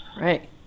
right